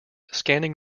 scanning